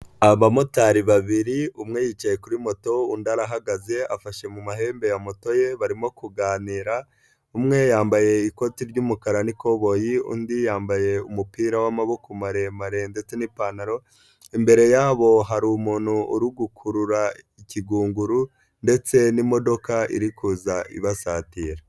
Abamotari babiri umwe yicaye kuri moto undi arahagaze afashe mu mahembe ya moto ye barimo kuganira, umwe yambaye ikoti ry'umukara n'ikoboyi undi yambaye umupira w'amaboko maremare ndetse n'ipantaro imbere yabo haru umuntu uri gukurura ikigunguru ndetse n'imodoka iri kuza ibasatira.